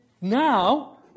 now